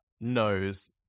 knows